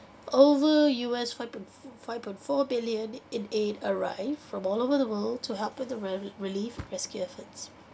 over U_S five point five point four billion in aid arrived from all over the world to help with the reli~ relief rescue efforts